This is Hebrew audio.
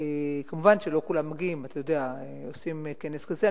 כמובן שלא כולם מגיעים כשעושים כנס כזה.